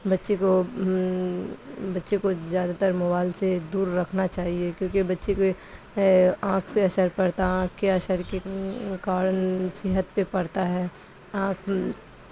بچے کو بچے کو زیادہ تر موبائل سے دور رکھنا چاہیے کیونکہ بچے کے آنکھ پہ اثر پڑتا آنکھ ہے آنکھ کے اثر کے کارن صحت پہ پڑتا ہے آنکھ